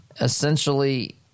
essentially